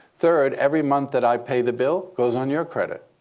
third, every month that i pay the bill goes on your credit.